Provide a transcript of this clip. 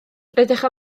rydych